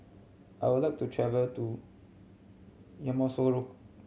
I would like to travel to Yamoussoukro